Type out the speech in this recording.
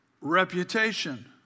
reputation